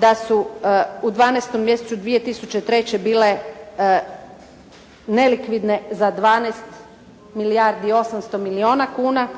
da su u dvanaestom mjesecu 2003. bile nelikvidne za 12 milijardi i 800 milijuna kuna,